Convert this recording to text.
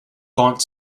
gaunt